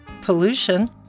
pollution